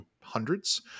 hundreds